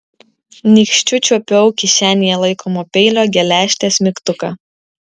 nykščiu čiuopiau kišenėje laikomo peilio geležtės mygtuką